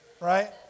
right